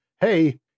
hey